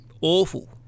awful